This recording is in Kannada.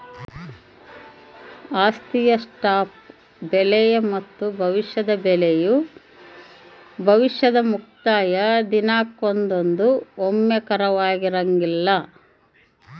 ಆಸ್ತಿಯ ಸ್ಪಾಟ್ ಬೆಲೆ ಮತ್ತು ಭವಿಷ್ಯದ ಬೆಲೆಯು ಭವಿಷ್ಯದ ಮುಕ್ತಾಯ ದಿನಾಂಕದಂದು ಒಮ್ಮುಖವಾಗಿರಂಗಿಲ್ಲ